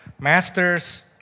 masters